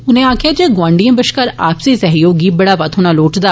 उनें आक्खेआ जे गौआंडिए बश्कार आपसी सहयोग गी बढ़ावा थ्होना लोड़चदा